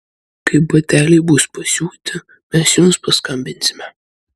kai bateliai bus pasiūti mes jums paskambinsime